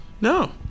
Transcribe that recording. no